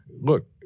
look